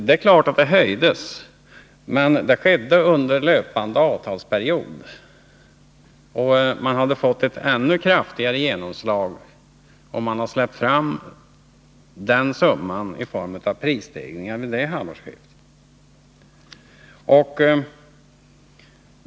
Det är klart att subventionerna höjdes, men det skedde under löpande avtalsperiod. Man hade fått ett ännu kraftigare genomslag, om man hade släppt en summa motsvarande prisstegringarna vid det halvårsskiftet.